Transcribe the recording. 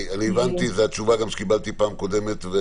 הבנתי, זו התשובה שגם קיבלתי בפעם הקודמת.